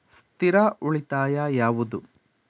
ಸ್ಥಿರ ಉಳಿತಾಯ ಯಾವುದು?